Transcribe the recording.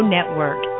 Network